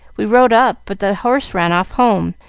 we rode up, but the horse ran off home,